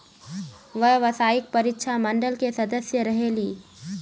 व्यावसायिक परीक्षा मंडल के सदस्य रहे ली?